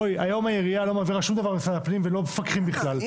היום העירייה לא מעבירה שום דבר למשרד הפנים ולא מפקחים בכלל.